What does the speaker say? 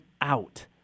out